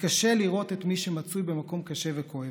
יתקשה לראות את מי שמצוי במקום קשה וכואב,